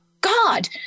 God